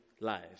life